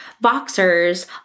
boxers